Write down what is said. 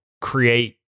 create